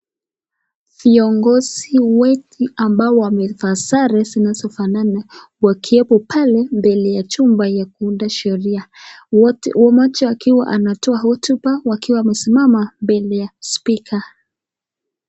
Viongozi wengi ambao wamevaa sare zinazofanana wakiwepo pale mbele ya chumba ya kuunda sheria wote mmoja akiwa anatoa hotuba akiwa amesimama mbele ya spika.